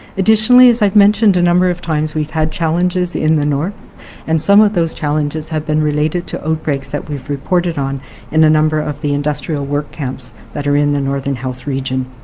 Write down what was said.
additionally, as i've mentioned a number of times, we've had challenges in the north and some of those challenges have been related to outbreaks that we've reported on in a number of the industrial work camps that are in the northern health region.